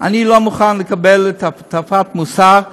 אני לא מוכן לקבל את הטפת המוסר.